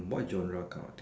what genre count